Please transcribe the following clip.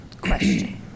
question